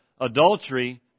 adultery